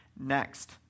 next